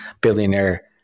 billionaire